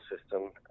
system